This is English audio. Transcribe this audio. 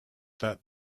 that